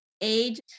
age